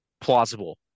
plausible